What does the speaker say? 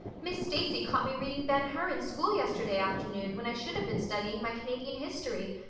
miss stacy caught me reading ben hur in school yesterday afternoon when i should have been studying my canadian history.